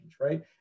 right